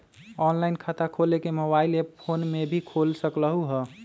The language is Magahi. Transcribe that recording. ऑनलाइन खाता खोले के मोबाइल ऐप फोन में भी खोल सकलहु ह?